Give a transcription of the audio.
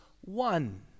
one